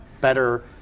better